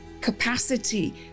capacity